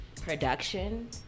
production